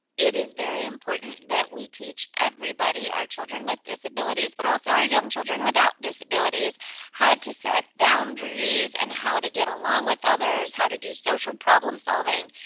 it is very important that we teach everybody, our children with disabilities, but also our young children without disabilities how to set boundaries and how to get along with others, how to do social problem-solving.